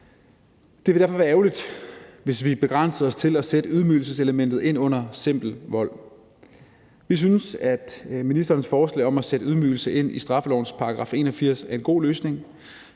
Det ville derfor være ærgerligt, hvis vi begrænsede os til at sætte ydmygelseselementet ind under simpel vold. Vi synes, at ministerens forslag om at sætte ydmygelse ind i straffelovens § 81 er en god løsning.